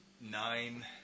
Nine